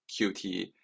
QT